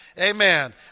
amen